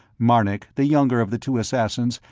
marnik, the younger of the two assassins,